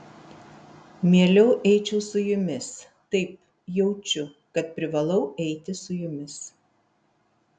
mieliau eičiau su jumis taip jaučiu kad privalau eiti su jumis